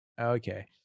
Okay